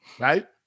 Right